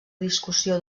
discussió